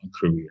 career